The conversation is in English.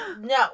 no